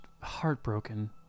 heartbroken